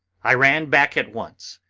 i ran back at once,